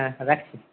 হ্যাঁ রাখছি